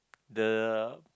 the